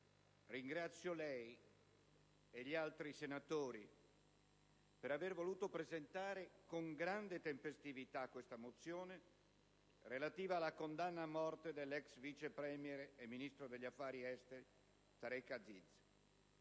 ringrazio lei e gli altri senatori per aver voluto presentare con grande tempestività la mozione relativa alla condanna a morte dell'ex vice *premier* e ministro degli affari esteri Tareq Aziz.